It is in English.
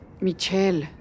Michelle